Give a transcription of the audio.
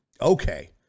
okay